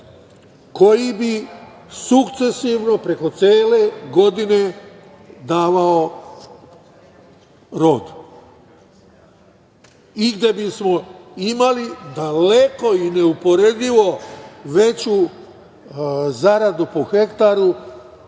koji bi sukcesivno, preko cele godine davao rod i gde bismo imali daleko i neuporedivo veću zaradu po hektaru